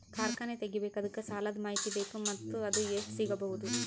ಕಾರ್ಖಾನೆ ತಗಿಬೇಕು ಅದಕ್ಕ ಸಾಲಾದ ಮಾಹಿತಿ ಬೇಕು ಮತ್ತ ಅದು ಎಷ್ಟು ಸಿಗಬಹುದು?